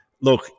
look